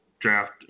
draft